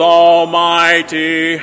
almighty